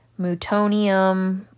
Mutonium